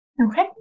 Okay